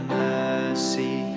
mercy